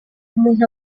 umuntu